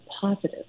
positive